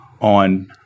on